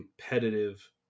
competitive